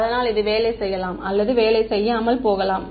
அதனால் இது வேலை செய்யலாம் அல்லது வேலை செய்யாமல் போகலாம்